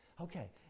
Okay